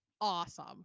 awesome